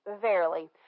verily